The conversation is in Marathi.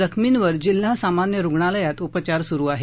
जखमींवर जिल्हा सामान्य रुग्णालयात उपचार सुरु आहेत